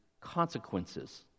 consequences